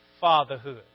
fatherhood